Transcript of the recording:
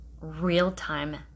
real-time